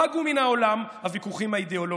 פגו מן העולם הוויכוחים האידיאולוגיים.